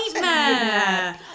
nightmare